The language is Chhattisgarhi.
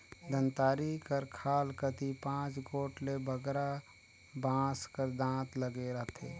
दँतारी कर खाल कती पाँच गोट ले बगरा बाँस कर दाँत लगे रहथे